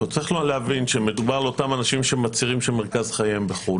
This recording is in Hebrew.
צריך להבין שמדובר על אותם אנשים שמצהירים שמרכז חייהם בחוץ לארץ.